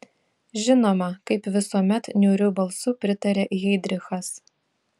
žinoma kaip visuomet niūriu balsu pritarė heidrichas